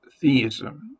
theism